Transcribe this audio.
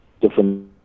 different